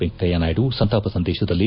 ವೆಂಕಯ್ನನಾಯ್ತು ಸಂತಾಪ ಸಂದೇಶದಲ್ಲಿ